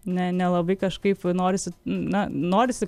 ne nelabai kažkaip norisi na norisi